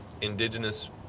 Indigenous